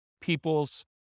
people's